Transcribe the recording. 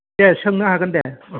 दे सोंनो हागोन दे